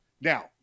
Now